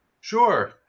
sure